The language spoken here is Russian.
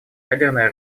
ядерное